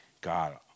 God